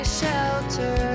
shelter